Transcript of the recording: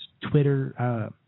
Twitter